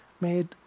made